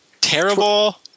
terrible